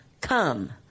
Come